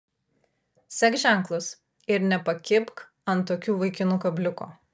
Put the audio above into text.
sek ženklus ir nepakibk ant tokių vaikinų kabliuko